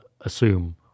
assume